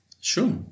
Sure